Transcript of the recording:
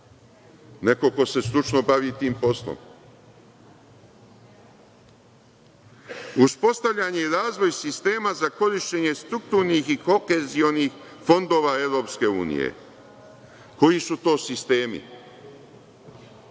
neko ko se stručno bavi tim poslom. Uspostavljanje i razvoj sistema za korišćenje strukturnih i kohezionih fondova EU. Koji su to sistemi?